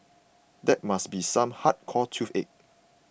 that must be some hardcore toothache